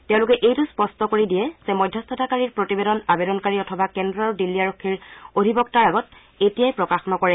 তেওঁলোকে এইটো স্পষ্ট কৰি দিয়ে যে মধ্যস্থতাকাৰীৰ প্ৰতিবেদন আবেদনকাৰী অথবা কেন্দ্ৰ আৰু দিল্লী আৰক্ষীৰ অধিবক্তাৰ আগত এতিয়াই প্ৰকাশ নকৰে